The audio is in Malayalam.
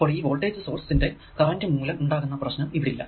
അപ്പോൾ ഈ വോൾടേജ് സോഴ്സ് ന്റെ കറന്റ് മൂലം ഉണ്ടാകുന്ന പ്രശ്നം ഇവിടില്ല